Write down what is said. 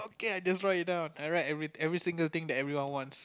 okay I just write it down I write every every single thing that everyone wants